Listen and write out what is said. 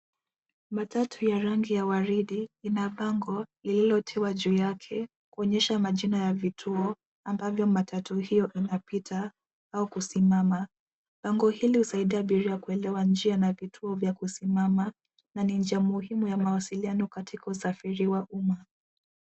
Matatu ya rangi ya waridi ina bango lililotiwa juu yake kuonyesha majina ya vituo ambavyo matatu hiyo inapita au kusimama. Bango hili husaidia abiria kuelewa njia na vituo vya kusimama na ni njia muhimu ya mawasiliano katika usafiri wa umma.